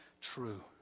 true